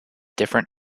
different